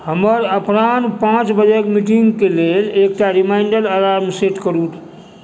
हमर अपराह्न पाँच बजेक मीटिङ्ग क लेल एकटा रिमाइण्डर अलार्म सेट करू